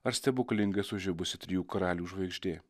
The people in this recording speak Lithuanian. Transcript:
ar stebuklingai sužibusi trijų karalių žvaigždė